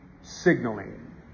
signaling